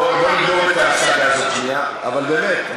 בוא נגמור את הסאגה הזאת, אבל באמת.